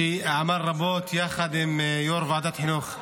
שעבד רבות יחד עם יו"ר ועדת החינוך,